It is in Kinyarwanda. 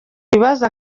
ibibazo